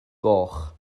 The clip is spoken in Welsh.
goch